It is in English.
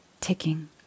ticking